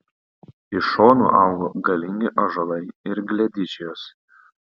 iš šonų augo galingi ąžuolai ir gledičijos